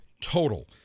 total